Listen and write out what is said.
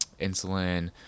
insulin